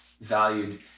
valued